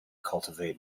cultivate